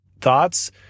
thoughts